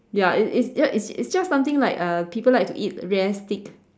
ya it's it's ya it's it just something like uh people like to eat rare steak